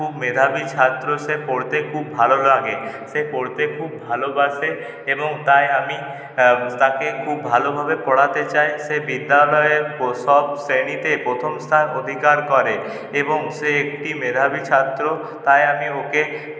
খুব মেধাবী ছাত্র সে পড়তে খুব ভালো লাগে সে পড়তে খুব ভালোবাসে এবং তাই আমি তাকে খুব ভালোভাবে পড়াতে চাই সে বিদ্যালয়ে পো সব শ্রেণীতে প্রথম স্থান অধিকার করে এবং সে একটি মেধাবী ছাত্র তাই আমি ওকে